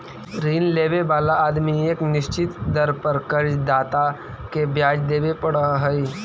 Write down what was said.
ऋण लेवे वाला आदमी के एक निश्चित दर पर कर्ज दाता के ब्याज देवे पड़ऽ हई